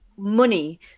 money